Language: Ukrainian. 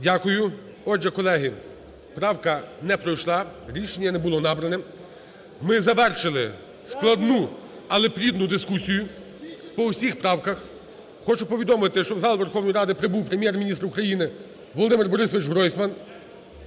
Дякую. Отже, колеги, правка не пройшла. Рішення не було набрано. Ми завершили складну, але плідну дискусію по всіх правках. Хочу повідомити, що в зал Верховної Ради прибув Прем'єр-міністр України Володимир Борисович Гройсман.